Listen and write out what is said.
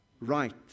right